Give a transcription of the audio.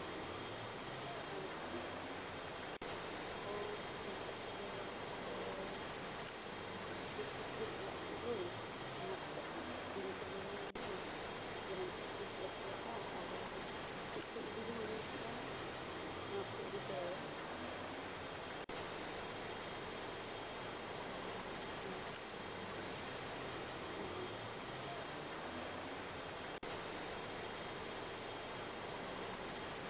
ᱦᱳᱭᱛᱚ ᱦᱳᱭ ᱮᱱᱠᱷᱟᱱ ᱛᱚᱵᱮ ᱛᱤᱥ ᱠᱚᱛᱮ ᱞᱮ ᱪᱟᱞᱟᱜᱼᱟ ᱛᱚᱵᱮ ᱚᱱᱟ ᱠᱚ ᱠᱟᱹᱴᱤᱡ ᱫᱤᱱ ᱠᱚ ᱞᱟᱹᱭ ᱧᱚᱜᱽ ᱵᱤᱱ ᱡᱮ ᱮᱱᱛᱮᱫ ᱛᱤᱥ ᱞᱮ ᱪᱟᱞᱟᱜᱼᱟ ᱟᱨ ᱪᱮᱫ ᱠᱚ ᱤᱫᱤ ᱵᱤᱱ ᱢᱮᱱ ᱠᱮᱫᱼᱟ ᱚᱱᱟ ᱠᱚᱞᱮ ᱤᱫᱤ ᱛᱚᱨᱟᱭᱟ ᱦᱚᱸ ᱚ ᱦᱚᱸ